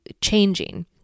changing